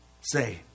say